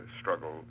struggle